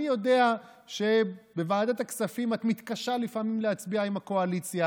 אני יודע שבוועדת הכספים את מתקשה לפעמים להצביע עם הקואליציה,